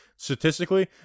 Statistically